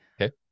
Okay